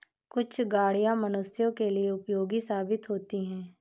कुछ गाड़ियां मनुष्यों के लिए उपयोगी साबित होती हैं